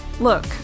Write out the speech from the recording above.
Look